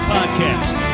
Podcast